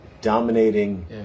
dominating